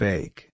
Fake